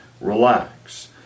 relax